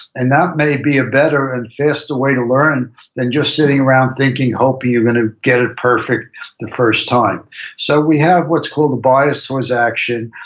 and that may be a better and faster way to learn than just sitting around thinking, hoping you're going to get it perfect the first time so we have what's called the bias towards action.